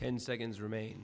ten seconds remain